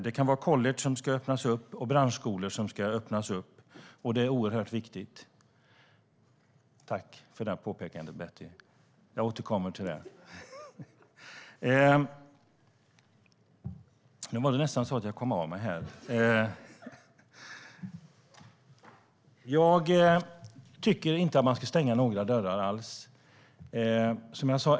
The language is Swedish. Det kan vara college och branschskolor som öppnas, och det är oerhört viktigt. Jag tycker inte att man ska stänga några dörrar alls.